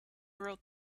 wrote